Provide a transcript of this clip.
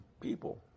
people